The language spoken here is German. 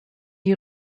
die